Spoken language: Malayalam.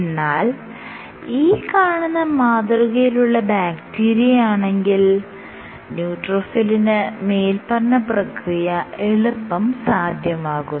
എന്നാൽ ഈ കാണുന്ന മാതൃകയിലുള്ള ബാക്റ്റീരിയയാണെങ്കിൽ ന്യൂട്രോഫിലിന് മേല്പറഞ്ഞ പ്രക്രിയ എളുപ്പം സാധ്യമാകുന്നു